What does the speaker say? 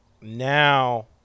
now